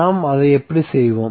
நாம் அதை எப்படி செய்வோம்